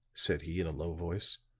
said he in a low voice.